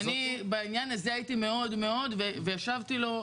כי אני בעניין הזה הייתי מאוד מאוד וישבתי לו,